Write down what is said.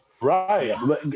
Right